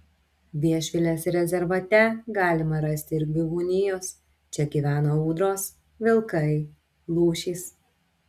viešvilės rezervate galima rasti ir gyvūnijos čia gyvena ūdros vilkai lūšys